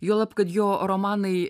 juolab kad jo romanai